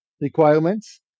requirements